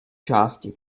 části